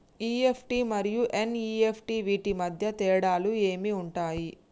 EFT మరియు NEFT వీటి మధ్య తేడాలు ఏమి ఉంటాయి?